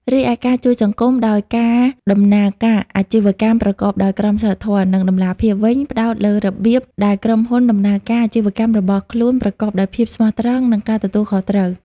រីឯការជួយសង្គមដោយការដំណើរការអាជីវកម្មប្រកបដោយក្រមសីលធម៌ និងតម្លាភាពវិញ ផ្តោតលើរបៀបដែលក្រុមហ៊ុនដំណើរការអាជីវកម្មរបស់ខ្លួនប្រកបដោយភាពស្មោះត្រង់ និងការទទួលខុសត្រូវ។